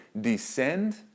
descend